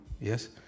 yes